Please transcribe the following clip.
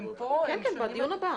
והוא מאוד מדאיג אותנו.